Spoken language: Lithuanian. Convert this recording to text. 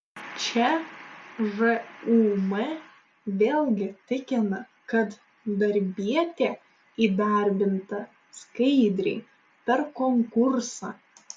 čia žūm vėlgi tikina kad darbietė įdarbinta skaidriai per konkursą